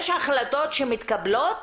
יש החלטות שמתקבלות,